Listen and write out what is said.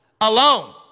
alone